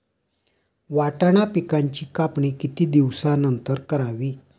वाटाणा पिकांची कापणी किती दिवसानंतर करावी?